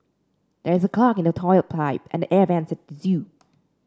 there is a clog in the toilet pipe and the air vents at zoo